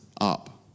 up